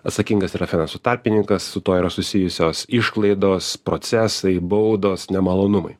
atsakingas yra finansų tarpininkas su tuo yra susijusios išlaidos procesai baudos nemalonumai